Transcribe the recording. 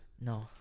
no